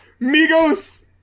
Migos